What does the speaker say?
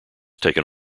taken